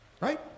Right